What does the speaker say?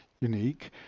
unique